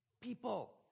People